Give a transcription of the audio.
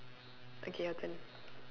okay your turn